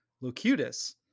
Locutus